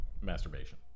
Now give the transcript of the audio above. Masturbation